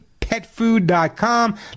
Petfood.com